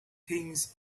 thinks